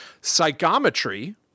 Psychometry